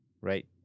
Right